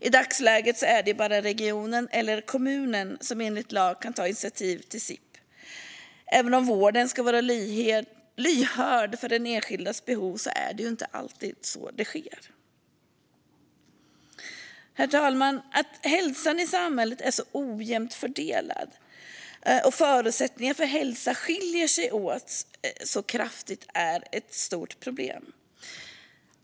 I dagsläget är det ju enligt lag bara regionen eller kommunen som kan ta initiativ till SIP. Även om vården ska vara lyhörd för den enskildes behov är det inte alltid detta sker. Herr talman! Att hälsan i samhället är så ojämnt fördelad och att förutsättningarna för hälsa skiljer sig åt så kraftigt är ett stort problem.